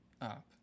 up